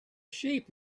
sheep